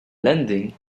lending